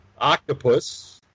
Octopus